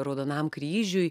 raudonam kryžiui